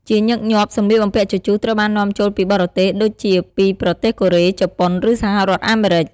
ជាញឹកញាប់ សម្លៀកបំពាក់ជជុះត្រូវបាននាំចូលពីបរទេស ដូចជាពីប្រទេសកូរ៉េ ជប៉ុន ឬសហរដ្ឋអាមេរិក។